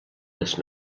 les